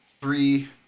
Three